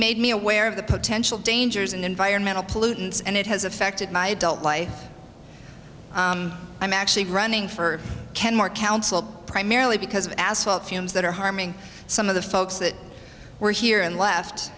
made me aware of the potential dangers and environmental pollutants and it has affected my adult life i'm actually running for kenmore council primarily because of asphalt fumes that are harming some of the folks that were here and left